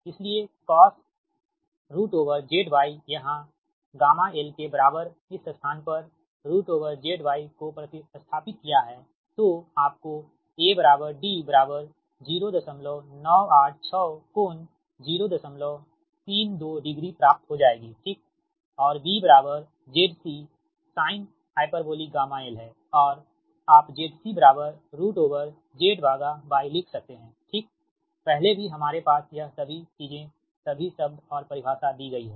इसलिएcosh ZY यहाँ γl के बराबर इस स्थान परZY को प्रति स्थापित किया है तो आपको A D 0986 कोण 032 डिग्री प्राप्त हो जाएगी ठीक और B ZCsinh γl है और आप ZC ZYलिख सकते है ठीकपहले भी हमारे पास यह सभी चीजें सभी शब्द और परिभाषा दी गई हैं